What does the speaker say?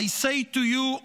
I say to you,